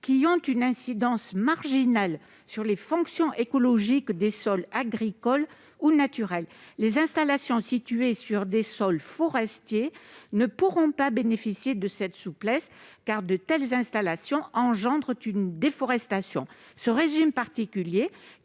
qui ont une incidence marginale sur les fonctions écologiques des sols agricoles ou naturels. En revanche, les installations situées sur des sols forestiers ne pourront pas bénéficier de cette souplesse, car elles accélèrent la déforestation. Ce régime particulier,